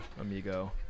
amigo